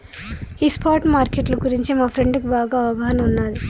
ఈ spot market గురించి మా ఫ్రెండుకి బాగా అవగాహన ఉన్నాది